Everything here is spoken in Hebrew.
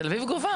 תל אביב גובה.